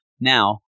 Now